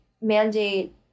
mandate